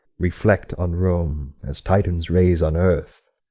reflect on rome as titan's rays on earth,